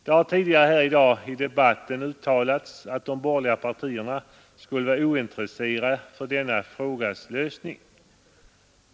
Det har tidigare i debatten uttalats att de borgerliga partierna skulle vara ointresserade av denna frågas lösning.